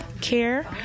care